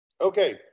Okay